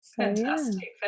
Fantastic